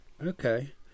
Okay